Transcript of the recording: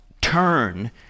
turn